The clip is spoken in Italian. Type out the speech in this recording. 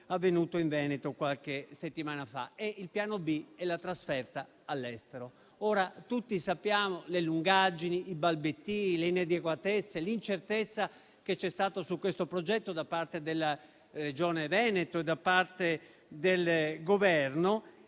avvenuto in Veneto qualche settimana fa. Il piano B è la trasferta all'estero. Tutti conosciamo le lungaggini, i balbettii, le inadeguatezze e l'incertezza che c'è stato su questo progetto da parte della Regione Veneto e da parte del Governo.